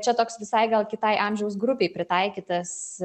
čia toks visai gal kitai amžiaus grupei pritaikytas